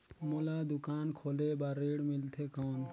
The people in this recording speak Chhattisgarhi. मोला दुकान खोले बार ऋण मिलथे कौन?